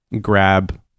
grab